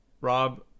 Rob